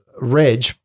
Reg